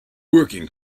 working